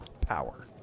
power